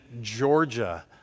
Georgia